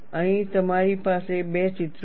અહીં તમારી પાસે 2 ચિત્રો છે